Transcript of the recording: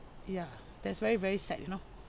ya that's very very sad you know